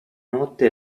notte